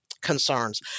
concerns